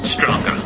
Stronger